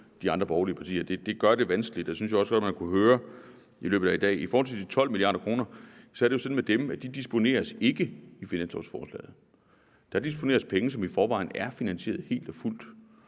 de andre borgerlige partier. Det gør det vanskeligt, og det synes jeg også godt man kunne høre i løbet af i dag. I forhold til de 12 mia. kr. er det jo sådan med dem, at de ikke disponeres i finanslovsforslaget. Der disponeres penge, som i forvejen er finansieret helt og fuldt.